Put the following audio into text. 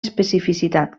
especificitat